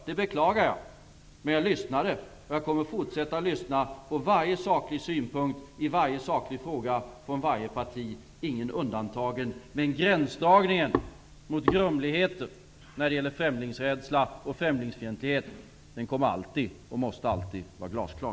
Det beklagar jag, men jag lyssnade på er. Jag kommer också att fortsätta att lyssna på varje saklig synpunkt i varje saklig fråga från varje parti, inget parti undantaget. Gränsdragningen mot grumligheten när det gäller främlingsrädsla och främlingsfientlighet kommer emellertid alltid att vara och måste alltid vara glasklar.